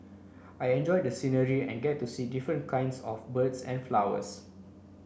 I enjoy the scenery and get to see different kinds of birds and flowers